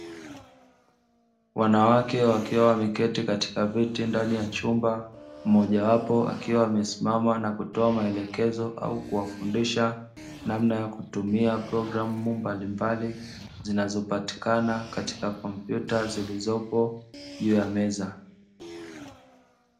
Wanawake wakiwa wameketi ndani katika viti ndani ya chumba mmoja wapo, akiwa amesisima na kutoa maelekezo au kuwafundisha namna ya kutumia programu mbalimbali zinazopatikana katika kompyuta zilizopo juu ya meza.